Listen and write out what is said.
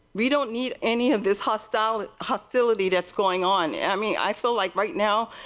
we don't need any of this hostility hostility that's going on. i mean i feel like right now,